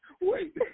Wait